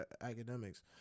academics